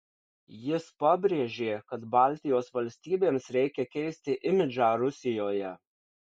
jis pabrėžė kad baltijos valstybėms reikia keisti imidžą rusijoje